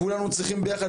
כולנו צריכים ביחד,